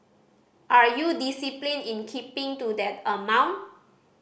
are you disciplined in keeping to that amount